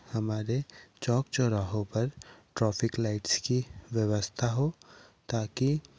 हमारे चौक चौराहों पर ट्रॉफिक लाइटस कि व्यवस्था हो ताकि